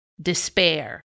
despair